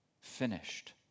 finished